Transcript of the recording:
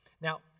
Now